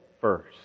first